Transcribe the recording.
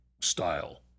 style